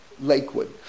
Lakewood